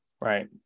Right